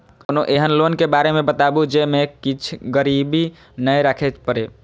कोनो एहन लोन के बारे मे बताबु जे मे किछ गीरबी नय राखे परे?